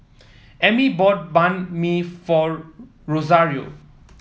Emmy bought Banh Mi for Rosario